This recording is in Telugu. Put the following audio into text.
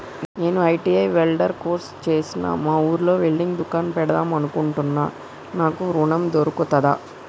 నేను ఐ.టి.ఐ వెల్డర్ కోర్సు చేశ్న మా ఊర్లో వెల్డింగ్ దుకాన్ పెడదాం అనుకుంటున్నా నాకు ఋణం దొర్కుతదా?